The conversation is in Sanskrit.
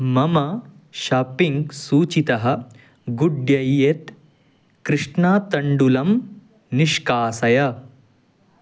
मम शाप्पिङ्ग् सूचीतः गुड्यैयत् कृष्णातण्डुलं निष्कासय